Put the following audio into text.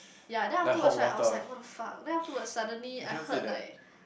ya then afterwards right I was like what the fuck then afterwards suddenly I heard like